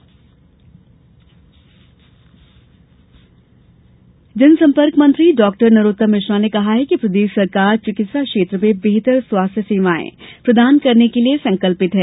जनसंपर्क मंत्री जनसंपर्क मंत्री डॉ नरोत्तम मिश्र ने कहा प्रदेश सरकार चिकित्सा क्षेत्र में बेहतर स्वास्थ्य सेवाए प्रदान करने के लिए संकल्पित है